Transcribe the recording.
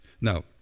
Now